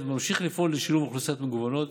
וממשיך לפעול לשילוב אוכלוסיות מגוונות